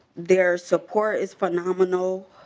their support is phenomenal.